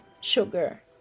sugar